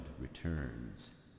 returns